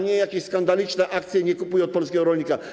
Nie jakieś skandaliczne akcje: nie kupuj od polskiego rolnika.